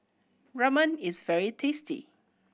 ramen is very tasty